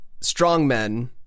strongmen